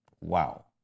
Wow